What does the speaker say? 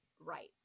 right